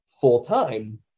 full-time